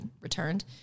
returned